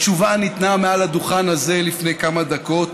התשובה ניתנה מעל הדוכן הזה לפני כמה דקות.